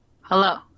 Hello